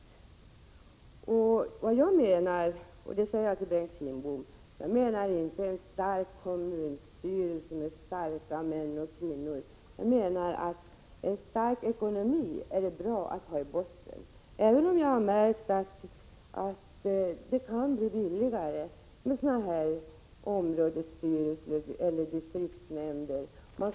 Vad jag menar, och som jag också sade till Bengt Kindbom, är inte att vi — Prot. 1986/87:89 skall ha en stark kommunstyrelse med starka män och kvinnor, utan att detär 18 mars 1987 bra att ha en stark ekonomi i botten. Jag har dock märkt att det kan bli billigare med områdesstyrelser eller distriktsnämnder. Man kant.ex.